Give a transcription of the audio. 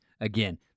Again